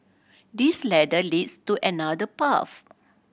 this ladder leads to another path